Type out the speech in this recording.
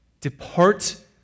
Depart